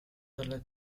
dalla